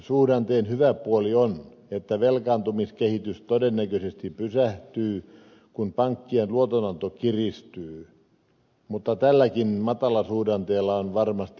matalasuhdanteen hyvä puoli on että velkaantumiskehitys todennäköisesti pysähtyy kun pankkien luotonanto kiristyy mutta tälläkin matalasuhdanteella on varmasti uhrinsa